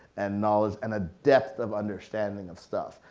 and knowledge and a depth of understanding of stuff.